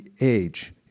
Age